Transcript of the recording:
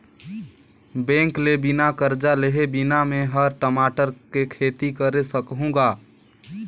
bank ले बिना करजा लेहे बिना में हर टमाटर के खेती करे सकहुँ गा